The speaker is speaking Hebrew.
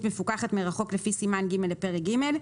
מפוקחת מרחוק לפי סימן ג' לפרק ג'.".